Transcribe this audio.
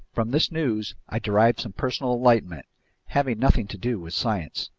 from this news i derived some personal enlightenment having nothing to do with science.